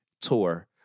tour